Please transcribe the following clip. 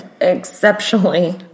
Exceptionally